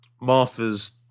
Martha's